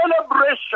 celebration